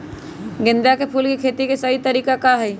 गेंदा के फूल के खेती के सही तरीका का हाई?